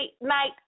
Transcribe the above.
night